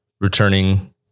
returning